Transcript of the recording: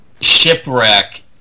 shipwreck